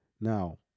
Now